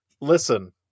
Listen